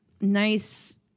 nice